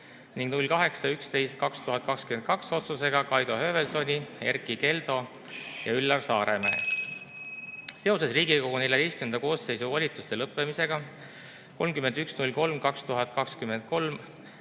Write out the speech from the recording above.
ning 08.11.2022 otsusega Kaido Höövelsoni, Erkki Keldo ja Üllar Saaremäe. Seoses Riigikogu XIV koosseisu volituste lõppemisega 31.03.2023